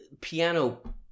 piano